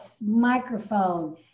microphone